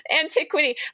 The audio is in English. antiquity